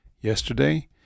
yesterday